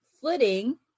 footing